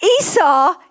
Esau